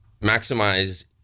maximize